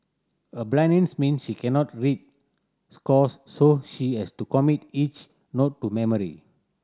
her blindness means she cannot read scores so she has to commit each note to memory